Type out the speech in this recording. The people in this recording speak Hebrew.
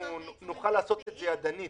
נוכל לעשות את זה ידנית,